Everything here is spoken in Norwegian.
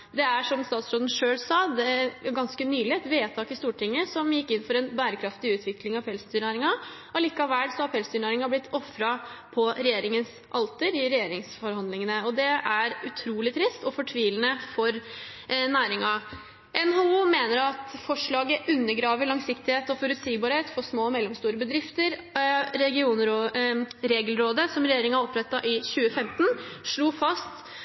Det var, som statsråden selv sa, ganske nylig et vedtak i Stortinget som gikk inn for en bærekraftig utvikling av pelsdyrnæringen. Allikevel har pelsdyrnæringen blitt ofret på regjeringens alter i regjeringsforhandlingene. Det er utrolig trist og fortvilende for næringen. NHO mener at forslaget undergraver langsiktighet og forutsigbarhet for små og mellomstore bedrifter. Regelrådet, som regjeringen opprettet i 2015, slo fast